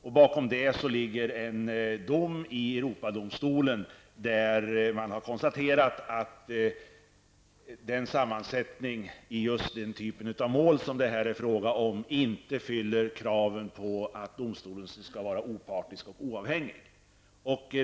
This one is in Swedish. Anledningen till propositionen är en dom i Europadomstolen där det konstateras att den nuvarande sammansättningen i den typ av mål som det är fråga om inte fyller kraven på att domstolen skall vara opartisk och oavhängig.